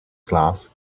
glass